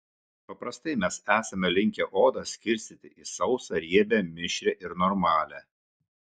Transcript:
paprastai mes esame linkę odą skirstyti į sausą riebią mišrią ir normalią